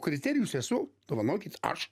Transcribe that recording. kriterijus esu dovanokit aš